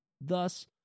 thus